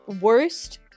worst